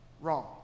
Wrong